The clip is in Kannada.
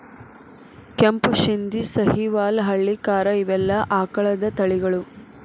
ಕೆಂಪು ಶಿಂದಿ, ಸಹಿವಾಲ್ ಹಳ್ಳಿಕಾರ ಇವೆಲ್ಲಾ ಆಕಳದ ತಳಿಗಳು